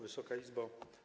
Wysoka Izbo!